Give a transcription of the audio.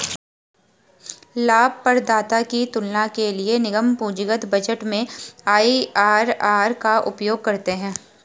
लाभप्रदाता की तुलना के लिए निगम पूंजीगत बजट में आई.आर.आर का उपयोग करते हैं